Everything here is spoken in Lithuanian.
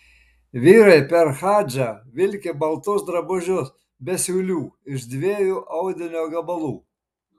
vyrai per hadžą vilki baltus drabužius be siūlių iš dviejų audinio gabalų